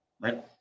Right